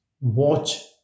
watch